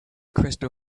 crystal